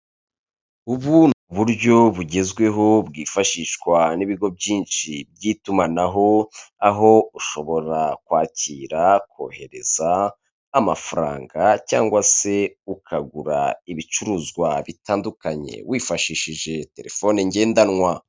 Ubu ni buryo bugezweho bwifashishwa n'ibigo byinshi by'itumanaho aho ushobora kwakira kohereza amafaranga cyangwa se ukagura ibicuruzwa bitandukanye wifashishije telefone ngendanwa.